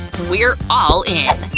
we're all in!